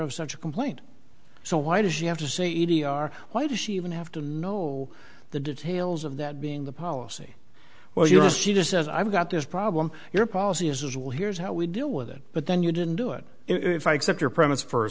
of such a complaint so why does she have to say a d r why does she even have to know the details of that being the policy well you know she just says i've got this problem your policy is well here's how we deal with it but then you didn't do it if i accept your premise for a